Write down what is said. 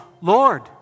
Lord